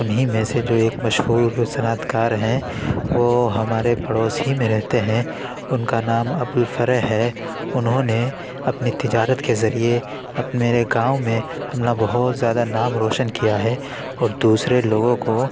ان ہی میں سے جو ایک مشہور صنعت کار ہیں وہ ہمارے پڑوس ہی میں رہتے ہیں ان کا نام ابو الفرح ہے انہوں نے اپنی تجارت کے ذریعے میرے گاؤں میں اپنا بہت زیادہ نام روشن کیا ہے اور دوسرے لوگوں کو